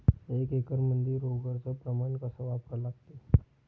एक एकरमंदी रोगर च प्रमान कस वापरा लागते?